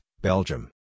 Belgium